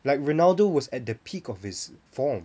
like ronaldo was at the peak of his form